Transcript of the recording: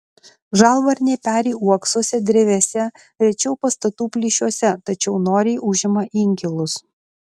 žalvarniai peri uoksuose drevėse rečiau pastatų plyšiuose tačiau noriai užima inkilus